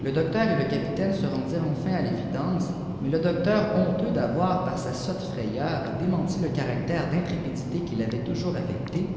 le docteur et le capitaine se rendirent enfin à l'évidence mais ié docteur honteux d'avoir par sa sotte frayeur démenti le caractère d'intrépidité qu'il avait toujours affecté